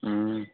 ꯎꯝ